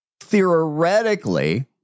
theoretically